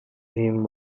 him